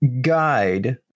guide